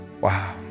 wow